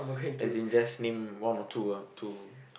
as in just name one or two ah two